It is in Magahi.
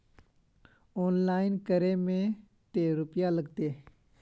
ऑनलाइन करे में ते रुपया लगते?